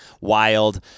wild